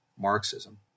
Marxism